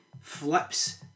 flips